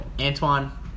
Antoine